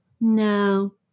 no